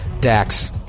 Dax